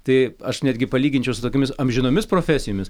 tai aš netgi palyginčiau su tokiomis amžinomis profesijomis